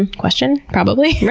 and question? probably,